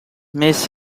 miss